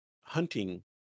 hunting